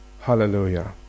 hallelujah